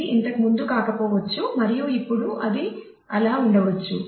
ఇది ఇంతకుముందు కాకపోవచ్చు మరియు ఇప్పుడు అది అలా ఉండవచ్చు